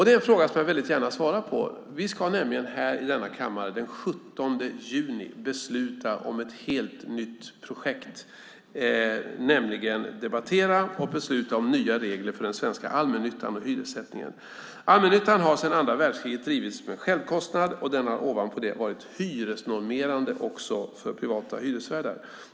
Det är en fråga som jag väldigt gärna svarar på. Vi ska nämligen här i denna kammare den 17 juni besluta om ett helt nytt projekt. Vi ska debattera och besluta om nya regler för den svenska allmännyttan och hyressättningen. Allmännyttan har sedan andra världskriget drivits med självkostnad och har ovanpå det varit hyresnormerande också för privata hyresvärdar.